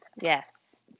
Yes